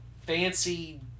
fancy